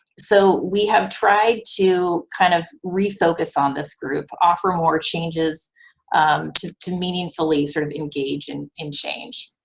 so we have tried to kind of refocus on this group, offer more changes to to meaningfully sort of engage and in change.